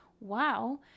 Wow